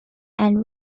and